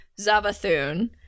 Zavathun